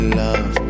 love